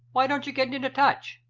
why don't you get into touch?